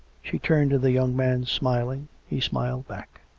she turned to the young man, smiling. he smiled back.